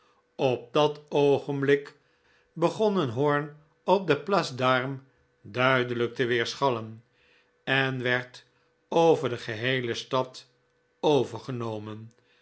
op dat oogenblik begon een hoorn op de place des armes duidelijk te weerschallen en werd over de geheele stad overgenomen